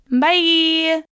Bye